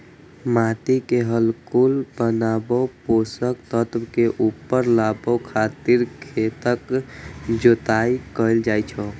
माटि के हल्लुक बनाबै, पोषक तत्व के ऊपर लाबै खातिर खेतक जोताइ कैल जाइ छै